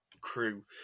crew